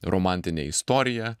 romantinė istorija